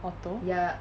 auto